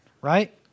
right